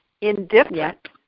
indifferent